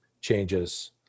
changes